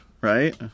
right